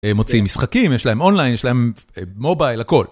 הם מוצאים משחקים, יש להם אונליין, יש להם מובייל, הכל.